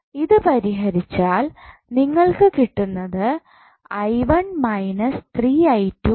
ഇത് പരിഹരിച്ചാൽ നിങ്ങൾക്ക് കിട്ടുന്നത് ആണ്